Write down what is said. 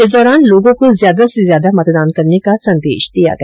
इस दौरान लोगों को ज्यादा से ज्यादा मतदान करने का संदेश दिया गया